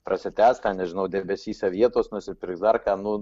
prasitęs ten nežinau debesyse vietos nusipirks dar ką nu